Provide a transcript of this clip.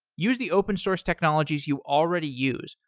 use the open source technologies you already use,